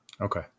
Okay